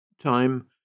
Time